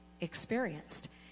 experienced